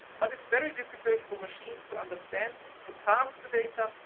but it's very difficult for machines to understand, to parse the data,